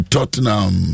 Tottenham